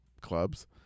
clubs